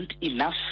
enough